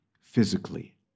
physically